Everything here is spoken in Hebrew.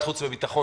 ב10:00,